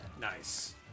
Nice